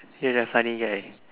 you are a funny guy